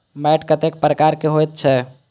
मैंट कतेक प्रकार के होयत छै?